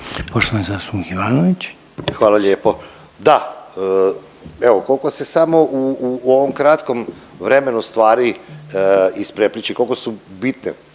Goran (HDZ)** Hvala lijepo. Da, evo koliko se samo u ovom kratkom vremenu stvari isprepliće, koliko su bitne,